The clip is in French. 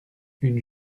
une